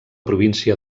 província